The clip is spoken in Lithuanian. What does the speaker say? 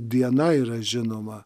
diena yra žinoma